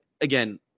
again